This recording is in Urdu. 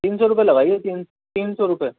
تین سو روپے لگائیے تین تین سو روپے